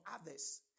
others